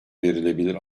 verilebilir